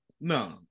no